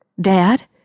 Dad